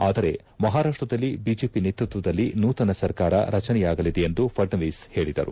ಆದರೆ ಮಹಾರಾಷ್ಟದಲ್ಲಿ ಬಿಜೆಪಿ ನೇತೃತ್ವದಲ್ಲಿ ನೂತನ ಸರ್ಕಾರ ರಚನೆಯಾಗಲಿದೆ ಎಂದು ಫಡ್ನವೀಸ್ ಹೇಳದರು